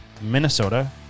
Minnesota